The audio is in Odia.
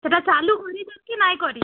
ସେଟା ଚାଲୁ କରିଛନ୍ କି ନାଇଁ କରି